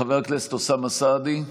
חבר הכנסת אוסאמה סעדי,